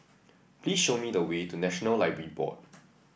please show me the way to National Library Board